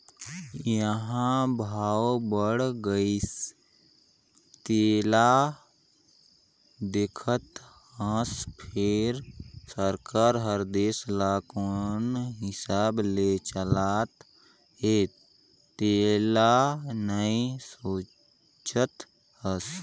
इंहा भाव बड़ गइसे तेला देखत हस फिर सरकार हर देश ल कोन हिसाब ले चलात हे तेला नइ सोचत हस